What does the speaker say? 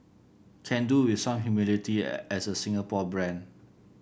can do with some humility as a Singapore brand